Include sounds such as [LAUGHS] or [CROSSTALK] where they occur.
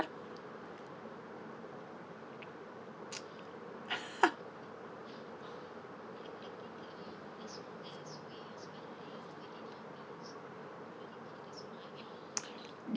[LAUGHS]